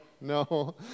no